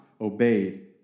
obeyed